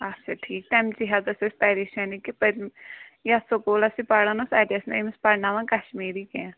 اچھا ٹھیٖک تمچی حظ ٲسۍ أسۍ پریشٲنی کہِ پٔتۍ یَتھ سُکوٗلَس یہِ پَرنٲس اَتہِ ٲسۍ نہٕ أمِس پَرناوان کَشمیٖری کیٚنٛہہ